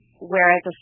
Whereas